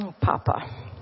Papa